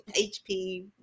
HP